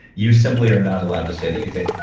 you simply are not allowed to say that, you can say,